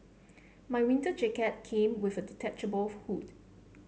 my winter jacket came with a detachable hood